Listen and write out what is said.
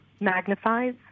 magnifies